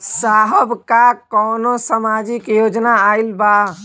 साहब का कौनो सामाजिक योजना आईल बा?